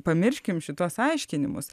pamirškim šituos aiškinimus